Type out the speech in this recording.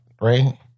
right